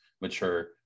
mature